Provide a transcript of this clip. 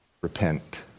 repent